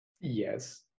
yes